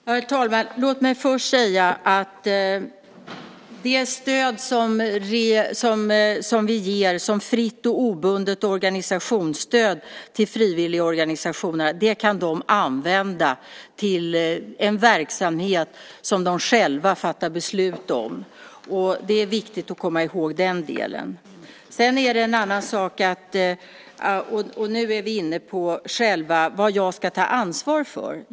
Herr talman! Låg mig först säga att det stöd som vi ger som fritt och obundet organisationsstöd till frivilligorganisationerna kan de använda till verksamheter som de själva fattar beslut om. Det är viktigt att komma ihåg. Nu är vi inne på vad jag ska ta ansvar för.